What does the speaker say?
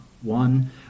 one